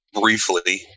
briefly